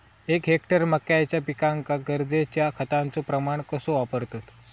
एक हेक्टर मक्याच्या पिकांका गरजेच्या खतांचो प्रमाण कसो वापरतत?